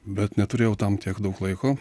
bet neturėjau tam tiek daug laiko